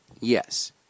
Yes